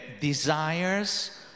desires